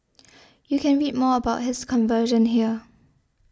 you can read more about his conversion here